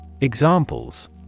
Examples